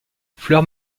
fleurs